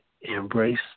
embrace